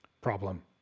problem